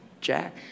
Jack